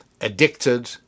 addicted